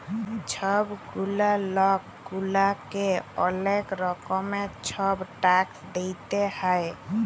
ছব গুলা লক গুলাকে অলেক রকমের ছব ট্যাক্স দিইতে হ্যয়